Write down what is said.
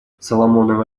соломоновы